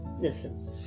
Listen